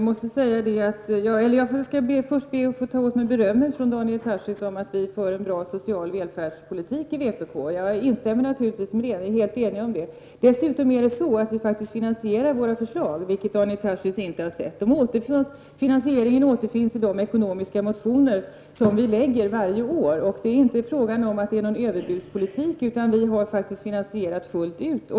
Herr talman! Jag skall först be att få ta åt mig berömmet från Daniel Tarschys för att vi för en bra social välfärdspolitik i vpk. Vi är naturligtvis helt eniga om det. Det är dessutom så att vi faktiskt finansierar våra förslag, vilket Daniel Tarschys inte har sett. Finansieringen återfinns i de ekonomiska motioner som vi lägger fram varje år. Det är inte fråga om någon överbudspolitik, men det är fråga om en finansiering fullt ut.